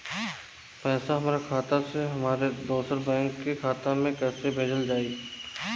पैसा हमरा खाता से हमारे दोसर बैंक के खाता मे कैसे भेजल जायी?